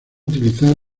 utilizar